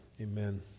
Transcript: amen